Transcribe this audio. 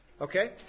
Okay